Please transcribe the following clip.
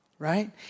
Right